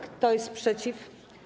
Kto jest przeciw?